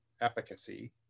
efficacy